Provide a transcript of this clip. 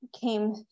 came